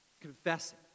confessing